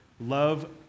love